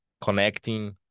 connecting